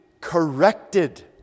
corrected